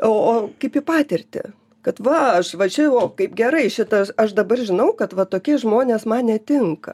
o o kaip į patirtį kad va aš va čia va kaip gerai šita aš dabar žinau kad va tokie žmonės man netinka